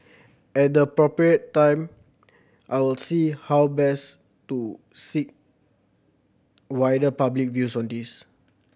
at the appropriate time I will see how best to seek wider public views on this